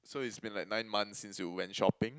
so it's been like nine months since you went shopping